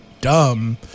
dumb